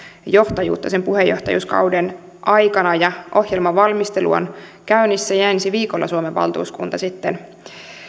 johtajuutta sen puheenjohtajuuskauden aikana ohjelman valmistelu on käynnissä ja ensi viikolla suomen valtuuskunta sitten